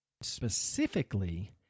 specifically